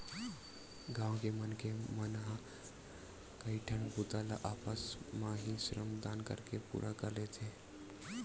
गाँव के मनखे मन ह कइठन बूता ल आपस म ही श्रम दान करके पूरा कर लेथे